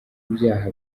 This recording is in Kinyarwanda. ibyaha